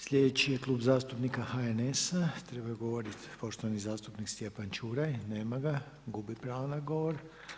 Sljedeći je Klub zastupnika HNS-a treba govoriti poštovani zastupnik Stječan Čuraj, nema ga, gubi pravo na govor.